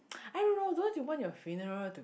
I don't know don't you want your funeral to be